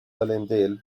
allendale